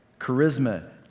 charisma